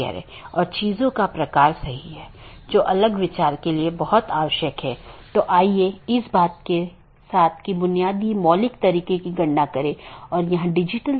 आज हमने जो चर्चा की है वह BGP रूटिंग प्रोटोकॉल की अलग अलग विशेषता यह कैसे परिभाषित किया जा सकता है कि कैसे पथ परिभाषित किया जाता है इत्यादि